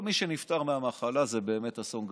כל מי שנפטר מהמחלה זה באמת אסון גדול,